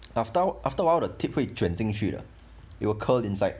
and after after awhile the tip 会卷进去 it will curl inside